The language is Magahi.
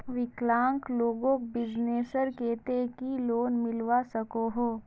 विकलांग लोगोक बिजनेसर केते की लोन मिलवा सकोहो?